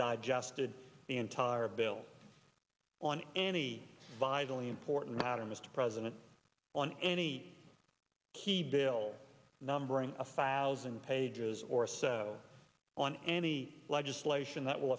digested the entire bill on any vitally important matter mr president on any key bill numbering of files and pages or so on any legislation that will